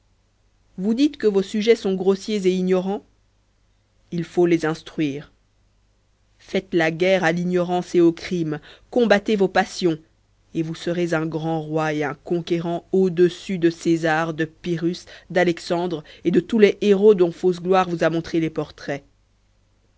vous dites que vos sujets sont grossiers et ignorants il faut les instruire faites la guerre à l'ignorance au crime combattez vos passions et vous serez un grand roi et un conquérant au-dessus de césar de pyrrhus d'alexandre et de tous les héros dont fausse gloire vous a montré les portraits